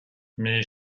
mes